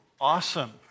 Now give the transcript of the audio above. awesome